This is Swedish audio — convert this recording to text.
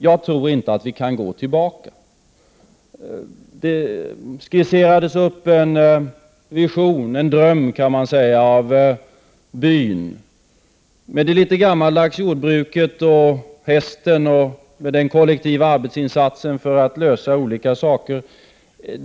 Jag tror inte att vi kan gå tillbaka. Det skisserades upp en vision, en dröm, av byn med det litet gammaldags jordbruket med hästen och den kollektiva arbetsinsatsen för att lösa olika uppgifter.